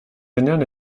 denean